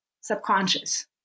subconscious